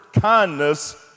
Kindness